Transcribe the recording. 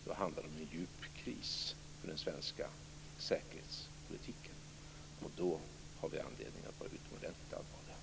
Då handlar det om en djup kris för den svenska säkerhetspolitiken, och då har vi anledning att vara utomordentligt allvarliga.